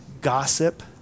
gossip